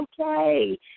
okay